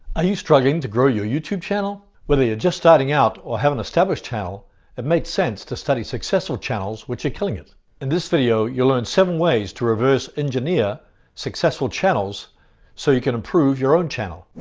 ah you struggling to grow your youtube channel? whether you're just starting out or have an established channel it makes sense to study successful channels which are killing it. in this video you'll learn seven ways to reverse engineer successful channels so you can improve your own channel.